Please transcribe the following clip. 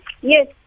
Yes